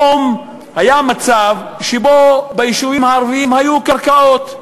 היה מצב שבו ביישובים הערביים היו קרקעות.